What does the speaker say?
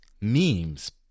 memes